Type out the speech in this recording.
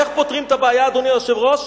איך פותרים את הבעיה, אדוני היושב-ראש?